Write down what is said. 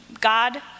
God